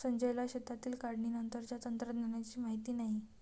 संजयला शेतातील काढणीनंतरच्या तंत्रज्ञानाची माहिती नाही